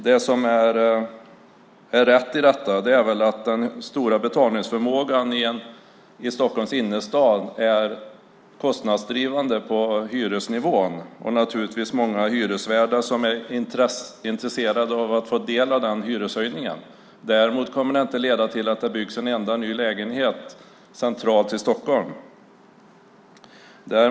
Det är riktigt att den stora betalningsförmågan i Stockholms innerstad är kostnadsdrivande på hyresnivån. Det finns naturligtvis många hyresvärdar som är intresserade av att få del av den hyreshöjningen. Det kommer däremot inte att leda till att det byggs en enda ny lägenhet centralt i Stockholm.